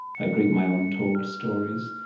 i greet my untold stories,